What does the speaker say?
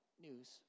news